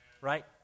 Right